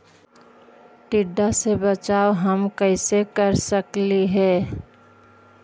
टीडा से बचाव हम कैसे कर सकली हे?